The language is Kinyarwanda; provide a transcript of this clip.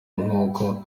nuko